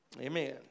Amen